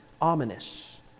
ominous